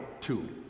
two